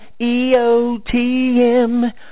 EOTM